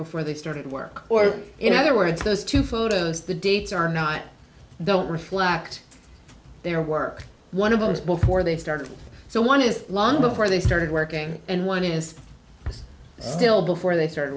before they started work or in other words those two photos the dates are not don't reflect their work one of those before they started so one is long before they started working and one is still before they started